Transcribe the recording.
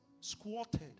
squatted